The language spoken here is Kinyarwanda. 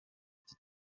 iki